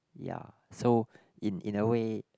ya so in in a way